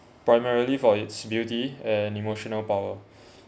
primarily for its beauty and emotional power